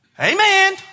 Amen